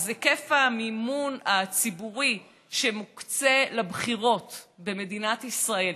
אז היקף המימון הציבורי שמוקצה לבחירות במדינת ישראל,